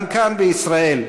גם כאן, בישראל,